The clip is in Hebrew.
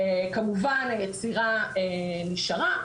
כמובן היצירה נשארה,